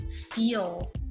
feel